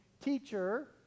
teacher